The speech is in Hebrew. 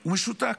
הוא משותק.